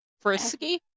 frisky